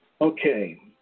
Okay